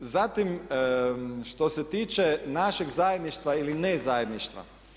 Zatim što se tiče našeg zajedništva ili ne zajedništva.